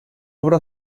obra